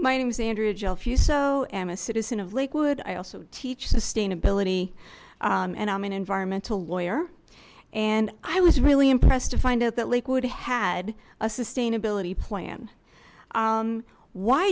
my name is andrea jal fuso i am a citizen of lakewood i also teach sustainability and i'm an environmental lawyer and i was really impressed to find out that lakewood had a sustainability plan